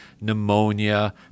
pneumonia